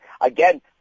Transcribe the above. again